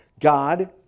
God